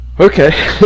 okay